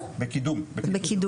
בקידום.